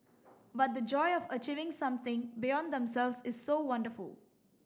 but the joy of achieving something beyond themselves is so wonderful